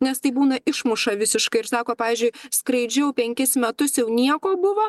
nes tai būna išmuša visiškai ir sako pavyzdžiui skraidžiau penkis metus jau nieko buvo